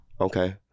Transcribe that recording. Okay